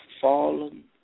fallen